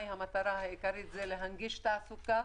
המטרה העיקרית היא להנגיש תעסוקה,